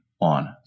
on